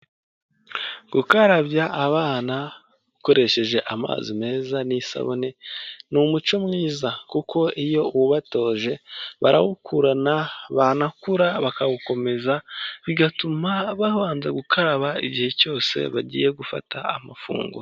Gukarabya abana ukoresheje amazi meza n'isabune ni umuco mwiza, kuko iyo uwubatoje barawukurana, banakura bakawukomeza, bigatuma babanza gukaraba igihe cyose bagiye gufata amafunguro.